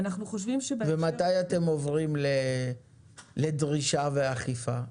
ואנחנו חושבים ש --- ומתי אתם עוברים לדרישה ואכיפה?